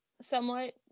somewhat